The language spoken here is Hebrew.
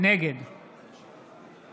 נגד